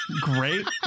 Great